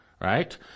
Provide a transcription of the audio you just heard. right